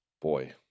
Boy